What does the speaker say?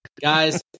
Guys